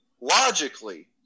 logically